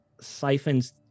siphons